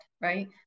right